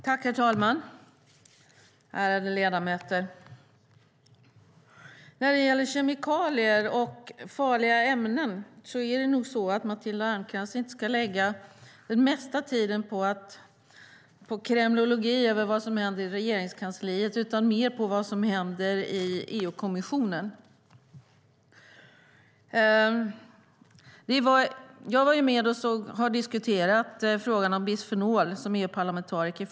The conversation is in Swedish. Herr talman! Ärade ledamöter! När det gäller kemikalier och farliga ämnen är det nog så att Matilda Ernkrans inte ska lägga den mesta tiden på kremlologi över vad som händer i Regeringskansliet utan på vad som händer i EU-kommissionen. Jag har som EU-parlamentariker diskuterat frågan om bisfenol i flera år.